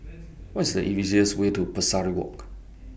What IS The easiest Way to Pesari Walk